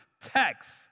text